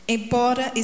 Embora